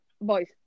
boys